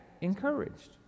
encouraged